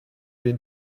been